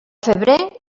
febrer